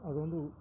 ಅದೊಂದು